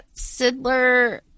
Siddler